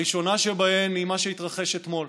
הראשונה שבהן היא מה שהתרחש אתמול.